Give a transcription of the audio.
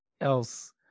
else